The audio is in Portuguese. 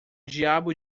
diabo